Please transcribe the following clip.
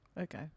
okay